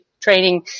training